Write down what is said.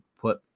put